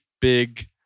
big